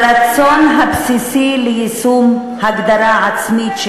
הרצון הבסיסי הוא ליישום הגדרה עצמית,